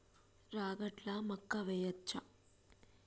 రాగట్ల మక్కా వెయ్యచ్చా?